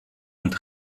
und